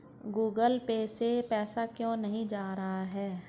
Google pay से पैसा क्यों नहीं जा रहा है?